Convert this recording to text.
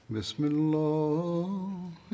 Bismillah